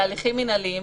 אלה הליכים מינהליים,